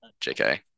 jk